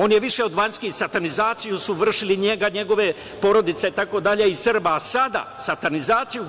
On je više od vanjskih, satanizaciju su vršili njega, njegove porodice, Srba itd, a sada satanizaciju